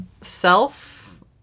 self